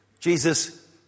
Jesus